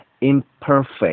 imperfect